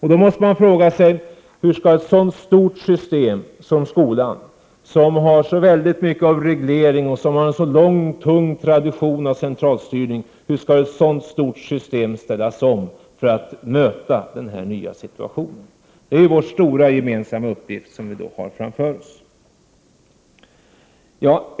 Man måste då fråga sig: Hur skall ett sådant stort system som skolan, som har så mycket av reglering och en så lång, tung tradition av centralstyrning, ställas om för att möta denna nya situation? Det är den stora gemensamma uppgift som vi har framför oss.